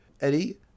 Eddie